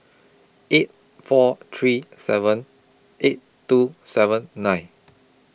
eight four three seven eight two seven nine